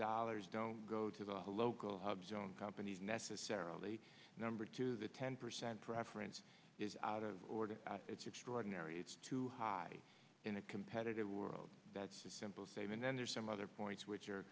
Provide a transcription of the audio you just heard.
dollars don't go to the local hub zone companies necessarily number two the ten percent preference is out of order it's extraordinary it's too high in a competitive world that's just simple same and then there's some other points which are